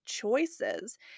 Choices